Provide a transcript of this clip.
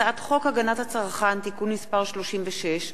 הצעת חוק הגנת הצרכן (תיקון מס' 36)